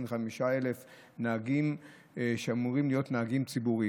25,000 נהגים שאמורים להיות נהגים ציבוריים,